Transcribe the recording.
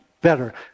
better